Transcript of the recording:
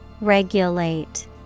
regulate